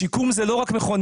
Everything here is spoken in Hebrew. שיקום זה לא רק מכוניות,